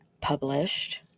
published